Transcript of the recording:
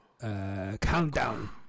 countdown